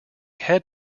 head